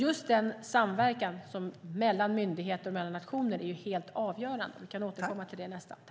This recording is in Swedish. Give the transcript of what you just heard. Just den samverkan mellan myndigheter och nationer är helt avgörande. Vi kan återkomma till det.